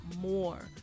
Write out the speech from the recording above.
more